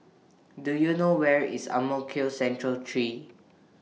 Do YOU know Where IS Ang Mo Kio Central three